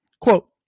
Quote